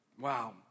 Wow